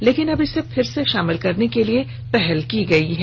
लेकिन अब इसे फिर से शामिल करने के लिए पहल की गयी है